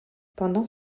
pendant